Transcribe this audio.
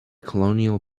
colonial